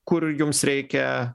kur jums reikia